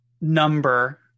number